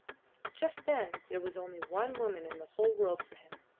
just then there was only one woman in the whole world for him.